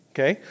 Okay